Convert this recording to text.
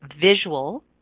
visual